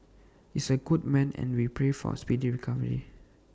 is A good man and we pray for speedy recovery